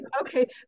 okay